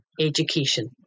education